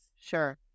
sure